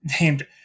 named